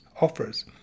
offers